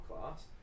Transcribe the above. class